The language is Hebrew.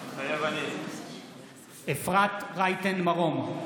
מתחייב אני אפרת רייטן מרום,